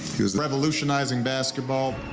he's revolutionizing basketball.